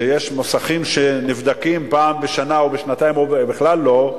ויש מוסכים שנבדקים פעם בשנה או בשנתיים או בכלל לא,